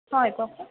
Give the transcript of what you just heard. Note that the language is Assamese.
হয় কওক